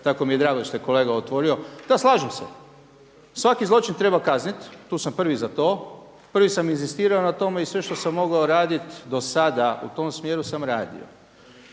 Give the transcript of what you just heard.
Tako mi je drago što je kolega otvorio. Da, slažem se, svaki zločin treba kazniti tu sam prvi za to. Prvi sam inzistirao na tome i sve što sam mogao radit do sada u tom smjeru sam radio.